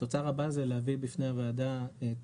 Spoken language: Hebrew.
התוצר הבא זה להביא בפני הוועדה את